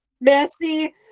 messy